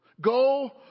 Go